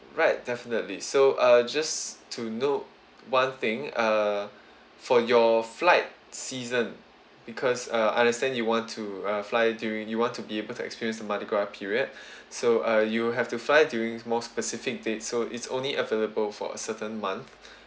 right definitely so uh just to note one thing err for your flight season because uh I understand you want to uh fly during you want to be able to experience the mardi gras period so uh you have to fly during more specific date so it's only available for a certain month